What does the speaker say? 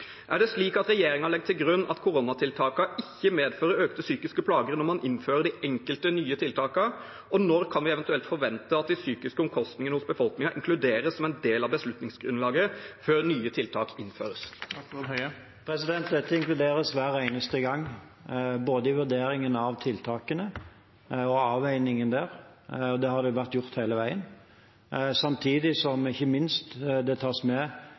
Er det slik at regjeringen legger til grunn at koronatiltakene ikke medfører økte psykiske plager når man innfører de enkelte nye tiltakene? Når kan vi eventuelt forvente at de psykiske omkostningene hos befolkningen inkluderes som en del av beslutningsgrunnlaget før nye tiltak innføres? Dette inkluderes hver eneste gang, både i vurderingen av tiltakene og avveiningene der. Det har vært gjort hele veien, samtidig som det ikke minst tas med